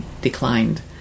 declined